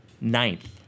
ninth